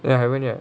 ya haven't yet